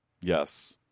yes